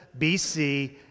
BC